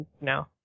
No